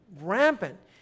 rampant